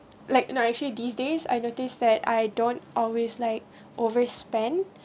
like no actually these days I noticed that I don't always like overspend